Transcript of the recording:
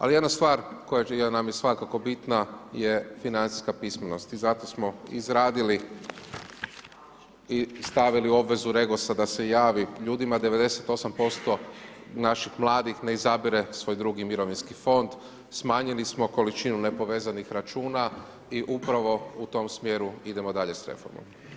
Ali jedna stvar koja nam je svakako bitna je financijska pismenost i zato smo izradili i stavili u obvezu Regosa da se javi ljudima, 98% naših mladih ne izabire svoj drugi mirovinski fond, smanjili smo količinu nepovezanih računa i upravo u tom smjeru idemo dalje s reformom.